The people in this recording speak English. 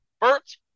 Bert